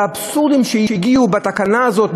האבסורד הוא שהגיעו לתקנה הזאת,